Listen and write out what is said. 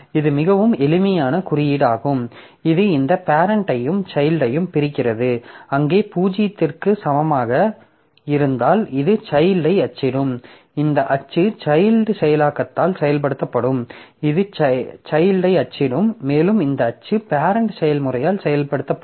இது மிகவும் எளிமையான குறியீடாகும் இது இந்த பேரெண்ட்டையும் சைல்ட்டையும் பிரிக்கிறது அங்கு 0 க்கு சமமாக இருந்தால் இது சைல்ட்யை அச்சிடும் இந்த அச்சு சைல்ட் செயலாக்கத்தால் செயல்படுத்தப்படும் இது சைல்ட்யை அச்சிடும் மேலும் இந்த அச்சு பேரெண்ட் செயல்முறையால் செயல்படுத்தப்படும்